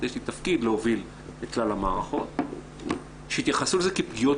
יש לי תפקיד להוביל את כלל המערכות שיתייחסו לזה כפגיעות